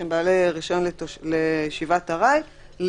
שהם בעלי רשיון לישיבת ארעי,